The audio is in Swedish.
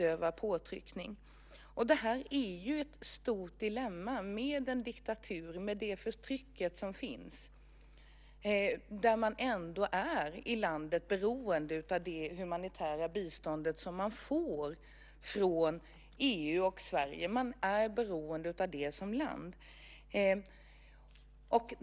Det är ett stort dilemma med den diktatur och det förtryck som finns. Man är ändå i landet beroende av det humanitära bistånd som man får från EU och Sverige. Man är beroende av det som land.